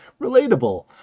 relatable